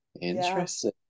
Interesting